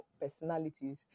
personalities